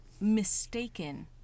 mistaken